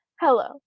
hello